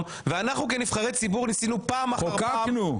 ואנחנו כנבחרי ציבור ניסינו פעם אחר פעם --- חוקקנו.